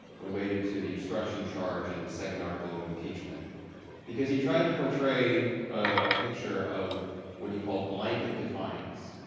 related to the obstruction charge in the second article of impeachment because he tried to or tray a picture of what he called blanket defiance.